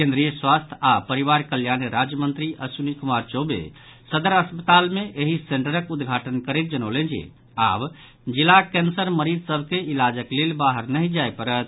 केन्द्रीय स्वास्थ्य आओर परिवार कल्याण राज्य मंत्री अश्विनी कुमार चौबे सदर अस्पताल मे एहि सेंटरक उद्घाटन करैत जनौलनि जे आब जिलाक कैंसर मरीज सभ के इलाजक लेल बाहर नहि जाय पड़त